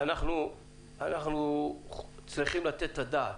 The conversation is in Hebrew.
אנחנו צריכים לתת את הדעת,